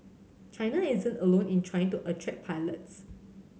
China isn't alone in trying to attract pilots